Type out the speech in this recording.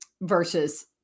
versus